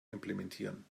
implementieren